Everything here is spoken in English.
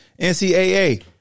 NCAA